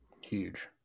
huge